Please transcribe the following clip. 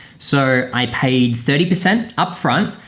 so i paid thirty percent upfront,